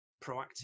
proactive